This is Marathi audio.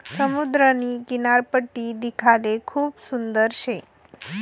समुद्रनी किनारपट्टी देखाले खूप सुंदर शे